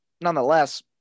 nonetheless